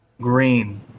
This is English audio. green